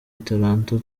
italanto